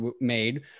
made